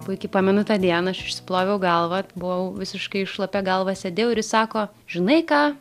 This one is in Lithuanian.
puikiai pamenu tą dieną aš išsiploviau galvą buvau visiškai šlapia galva sėdėjau ir jis sako žinai ką